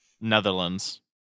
Netherlands